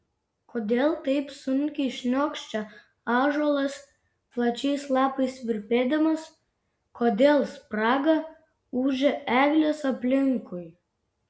kodėl taip sunkiai šniokščia ąžuolas plačiais lapais virpėdamas kodėl spraga ūžia eglės aplinkui